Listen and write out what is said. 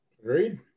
Agreed